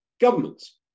governments